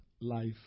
life